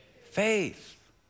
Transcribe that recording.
Faith